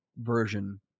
version